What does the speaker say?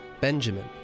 Benjamin